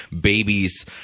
babies